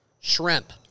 Shrimp